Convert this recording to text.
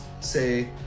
say